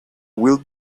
will